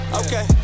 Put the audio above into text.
okay